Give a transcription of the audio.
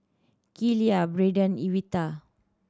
Keila Brenden Evita